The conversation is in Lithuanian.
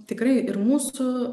tikrai ir mūsų